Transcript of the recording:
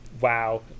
Wow